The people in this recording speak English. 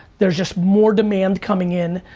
there's just more demand coming in.